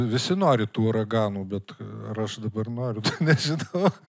visi nori tų uraganų bet ar aš dabar noriu tai nežinau